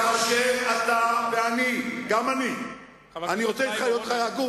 כאשר אתה ואני, גם אני, אני רוצה להיות הגון,